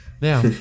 Now